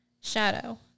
Shadow